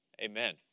Amen